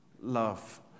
love